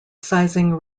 sizing